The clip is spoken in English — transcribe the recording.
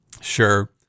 sure